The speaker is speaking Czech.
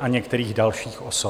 a některých dalších osob.